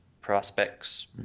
prospects